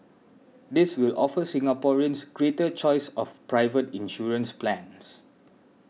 this will offer Singaporeans greater choice of private insurance plans